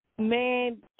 Man